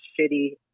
shitty